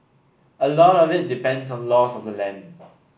a lot of it depends on laws of the land